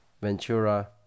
Ventura